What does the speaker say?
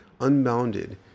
unbounded